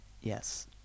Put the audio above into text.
Yes